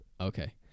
Okay